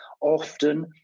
Often